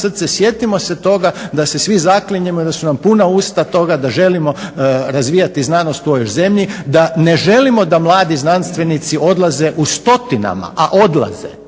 srce sjetimo se toga da se svi zaklinjemo i da su nam puna usta toga da želimo razvijati znanost u ovoj zemlji da ne želimo da mladi znanstvenici odlaze u stotinama, a odlaze,